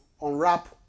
unwrap